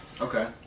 Okay